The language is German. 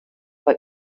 bei